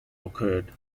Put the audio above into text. occurred